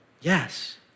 yes